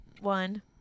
one